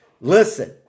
Listen